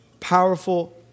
Powerful